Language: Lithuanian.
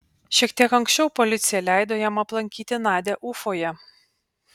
šiek tiek anksčiau policija leido jam aplankyti nadią ufoje